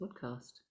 podcast